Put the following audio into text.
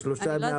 ל-3 ימי עבודה?